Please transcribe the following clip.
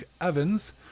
Evans